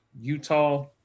Utah